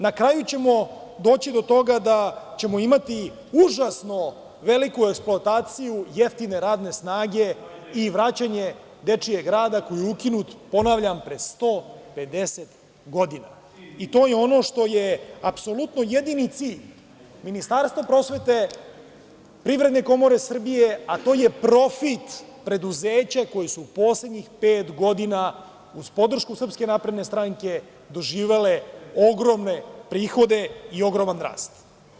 Na kraju ćemo doći do toga da ćemo imati užasno veliku eksploataciju jeftine radne snage i vraćanje dečijeg rada koji je ukinut, ponavljam, pre 150 godina, i to je ono što je apsolutno jedini cilj Ministarstva prosvete, Privredne komore Srbije, a to je profit preduzeća koja su u poslednjih pet godina, uz podršku SNS, doživele ogromne prihode i ogroman rast.